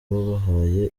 babahaye